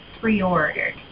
pre-ordered